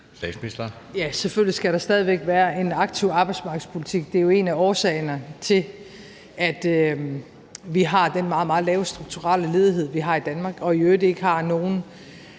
Frederiksen): Ja, selvfølgelig skal der stadig væk være en aktiv arbejdsmarkedspolitik. Det er jo en af årsagerne til, at vi har den meget, meget lave strukturelle ledighed, vi har i Danmark, og vi i øvrigt ikke har nogen